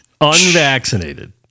unvaccinated